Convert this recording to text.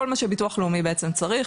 כל מה שביטוח לאומי בעצם צריך,